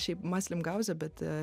šiaip maslim gauzė bet